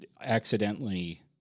accidentally